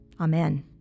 Amen